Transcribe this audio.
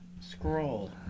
scroll